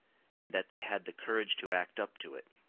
and that they had the courage to act up to it.